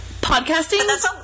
podcasting